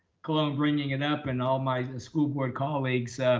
colon bringing it up and all my school board colleagues